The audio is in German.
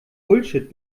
bullshit